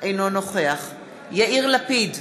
אינו נוכח יאיר לפיד,